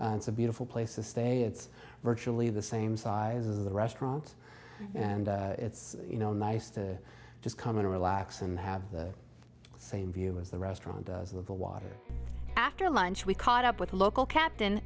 it's a beautiful place to stay it's virtually the same size as the restaurant and it's you know nice to just come in to relax and i have the same view as the restaurant does a little water after lunch we caught up with a local captain